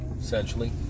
essentially